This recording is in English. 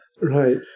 Right